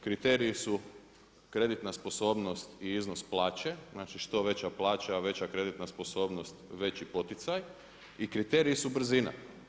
Kriteriji su kreditna sposobnost, i iznos plaće, znači što veća plaća, veća kreditna sposobnost, veći poticaj i kriterij su brzina.